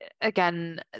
again